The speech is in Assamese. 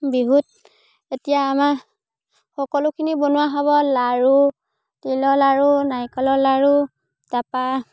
বিহুত এতিয়া আমাৰ সকলোখিনি বনোৱা হ'ব লাড়ু তিলৰ লাড়ু নাৰিকলৰ লাড়ু তাৰপৰা